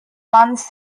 runs